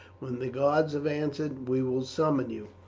when the gods have answered we will summon you.